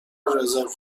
رزرو